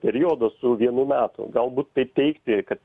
periodo su vienų metų galbūt taip teigti kad